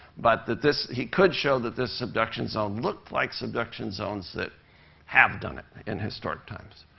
but that this he could show that this subduction zone looked like subduction zones that have done it in historic times.